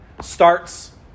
starts